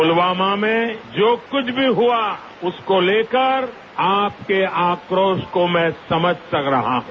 पुलवामा में जो कुछ भी हआ उसको लेकर आपके आक्रोश को मैं समझ रहा हूं